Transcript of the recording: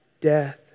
death